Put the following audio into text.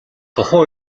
тухайн